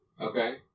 Okay